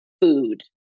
food